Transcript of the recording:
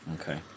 Okay